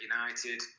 United